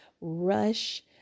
rush